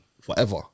forever